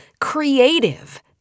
creative